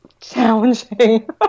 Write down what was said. challenging